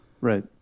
Right